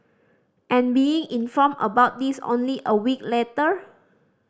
and being informed about this only a week later